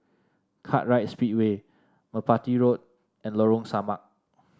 Kartright Speedway Merpati Road and Lorong Samak